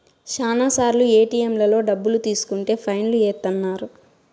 శ్యానా సార్లు ఏటిఎంలలో డబ్బులు తీసుకుంటే ఫైన్ లు ఏత్తన్నారు